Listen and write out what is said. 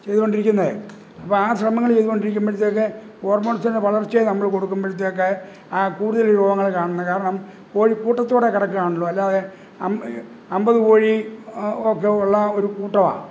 ചെയ്തുണ്ടിരിക്കുന്നതേ അപ്പോൾ ആ ശ്രമങ്ങൾ ചെയ്തുകൊണ്ടിരിക്കുമ്പോഴത്തേക്ക് ഹോര്മോണ്സിനെ വളര്ച്ചയെ നമ്മൾ കൊടുക്കുമ്പോഴത്തേക്ക് കൂടുതൽ രോഗങ്ങൾ കാണുന്നത് കാരണം കോഴി കൂട്ടത്തോടെ കിടക്കുവാണല്ലോ അല്ലാതെ അം അമ്പത് കോഴി ഒക്കെ ഒള്ള ഒരു കൂട്ടമാണ്